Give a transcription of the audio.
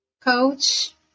coach